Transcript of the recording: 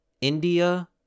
India